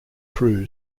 crew